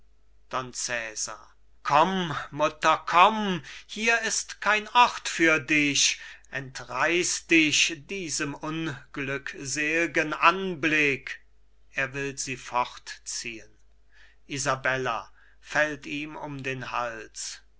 komm mutter komm hier ist kein ort für dich entreiß dich diesem unglücksel'gen anblick er will sie fortziehen isabella